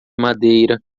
madeira